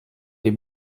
des